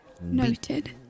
Noted